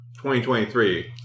2023